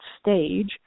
stage